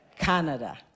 Canada